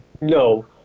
No